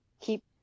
keep